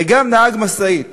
וגם נהג משאית